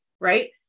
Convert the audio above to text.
right